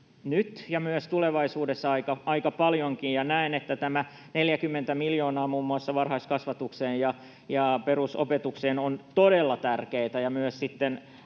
nyt ja myös tulevaisuudessa aika paljonkin, ja näen, että tämä 40 miljoonaa muun muassa varhaiskasvatukseen ja perusopetukseen ja myös